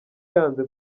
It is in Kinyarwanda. yanze